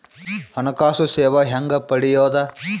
ಹಣಕಾಸು ಸೇವಾ ಹೆಂಗ ಪಡಿಯೊದ?